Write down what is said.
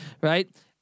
Right